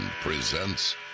presents